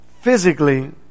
physically